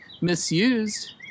misused